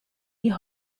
die